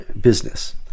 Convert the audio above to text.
business